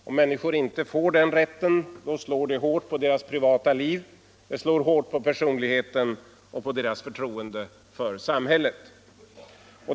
Om människor inte får den rätten, slår det hårt på deras privata liv, det slår hårt på personligheten och på deras förtroende för samhället.